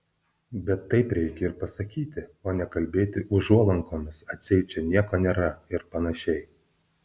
bet taip reikia ir pasakyti o ne kalbėti užuolankomis atseit čia nieko nėra ir panašiai